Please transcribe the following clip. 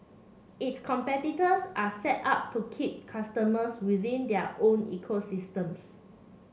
its competitors are set up to keep customers within their own ecosystems